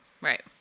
Right